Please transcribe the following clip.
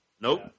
Nope